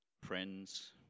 Friends